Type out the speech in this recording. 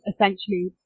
essentially